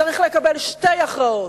צריך לקבל שתי הכרעות,